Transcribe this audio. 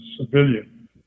civilian